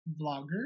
vlogger